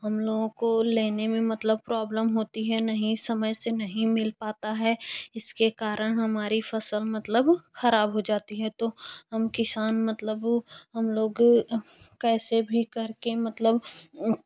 हम लोगों को लेने में मतलब प्रोब्लम होती है नहीं समय से नहीं मिल पता है इसके कारण हमारी फसल मतलब ख़राब हो जाती है तो हम किसान मतलब हम लोग कैसे भी करके मतलब